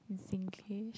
in Singlish